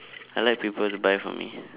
I like people to buy for me